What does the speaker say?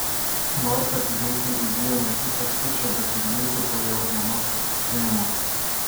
marta greitai įgijo ne tik kęstučio bet ir vytauto jo žmonos pasitikėjimą